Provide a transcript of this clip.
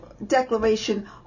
declaration